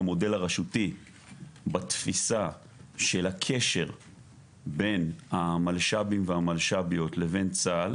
המודל הרשותי בתפיסה של הקשר בין המלש"בים והמלש"ביות לבין צה"ל,